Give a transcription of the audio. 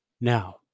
Now